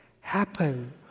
happen